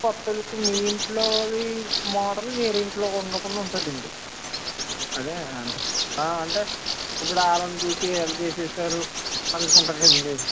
కొత్త లుక్కు మీ ఇంట్లో వాళ్ళవి మోడల్ వేరే ఇంట్లో ఉండకుండా ఉంటుందండి అదే అంటే ఆ అంటే ఇప్పుడు వాళ్ళని చూసి వీళ్ళు చేసేసారు అనుకుంటారు కదండి